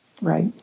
Right